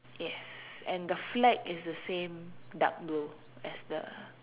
yes and the flag is the same dark blue as the